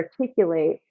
articulate